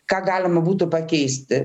ką galima būtų pakeisti